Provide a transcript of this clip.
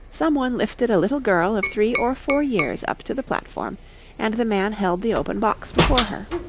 some one lifted a little girl of three or four years up to the platform and the man held the open box before her.